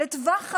לטווח ארוך,